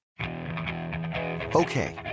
Okay